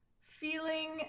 feeling